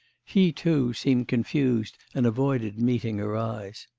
he, too, seemed confused, and avoided meeting her eyes.